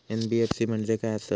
NBFC म्हणजे खाय आसत?